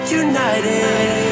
united